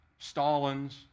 Stalins